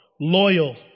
loyal